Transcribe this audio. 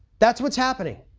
that's what's happening.